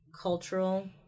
cultural